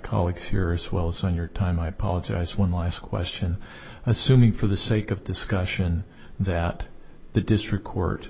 colleagues here as well as on your time i apologize one last question assuming for the sake of discussion that the district court